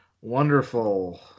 Wonderful